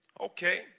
Okay